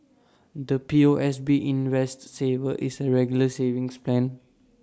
the POSB invest saver is A regular savings plan